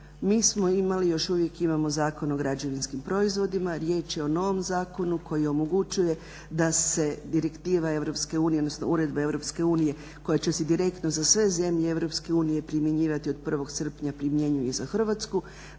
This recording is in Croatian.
mi smo imali i još uvijek imamo Zakon o građevinskim proizvodima, riječ je o novom zakonu koji omogućuje da se direktiva EU odnosno uredba EU koja će se direktno za sve zemlje EU primjenjivati od 1.srpnja primjenjiv je za Hrvatsku